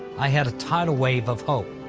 i had a tidalwave of hope.